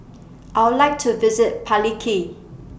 I Would like to visit Paliki